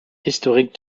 historique